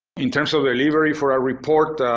in terms of delivery for our report,